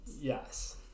Yes